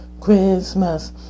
Christmas